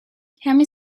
کمی